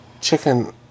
chicken